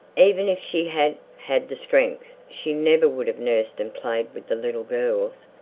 even if she had had the strength she never would have nursed and played with the little girls.